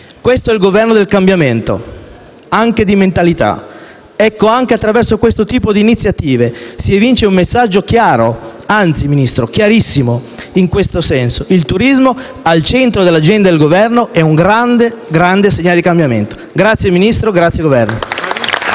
Questo è il Governo del cambiamento, anche di mentalità. Anche attraverso questo tipo di iniziative si evince un messaggio chiaro, anzi, Ministro, chiarissimo in questo senso: il turismo al centro dell'agenda del Governo è un grande, grande segnale di cambiamento. Grazie, Ministro, grazie, Governo!